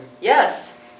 Yes